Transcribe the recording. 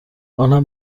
آنهم